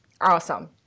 Awesome